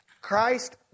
Christ